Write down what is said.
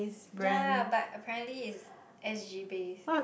yea but apparently it's S_G based